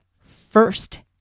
first